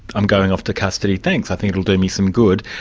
i'm going off to custody, thanks, i think it will do me some good.